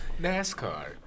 NASCAR